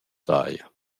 saja